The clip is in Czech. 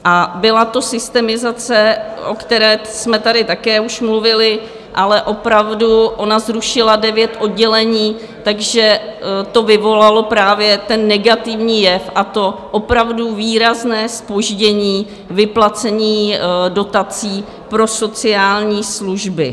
A byla to systemizace, o které jsme tady také už mluvili, ale opravdu ona zrušila devět oddělení, takže to vyvolalo právě ten negativní jev, a to opravdu výrazné zpoždění vyplacení dotací pro sociální služby.